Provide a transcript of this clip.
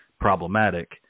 problematic